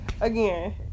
again